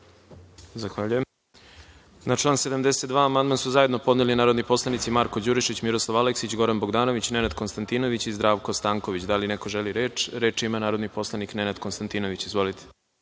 Zahvaljujem. Na član 72. amandman su zajedno podneli narodni poslanici Marko Đurišić, Miroslav Aleksić, Goran Bogdanović, Nenad Konstantinović i Zdravko Stanković. Da li neko želi reč? Reč ima narodni poslanik Nenad Konstantinović. Izvolite.